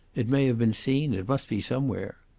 it may have been seen it must be somewhere.